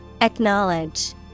Acknowledge